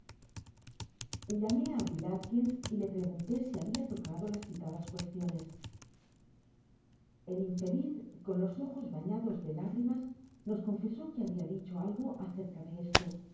llamé á will atkins y le pregunté si habia tocado las citadas cuestiones el infeliz con los ojos bañados de lágrimas nos confesó que babia dicho algo acerca de esto